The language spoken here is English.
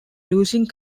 losing